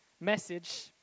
message